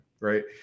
right